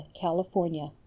California